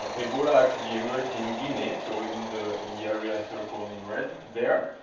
ebola actually emerged in guinea, so in the in the area circled in red there,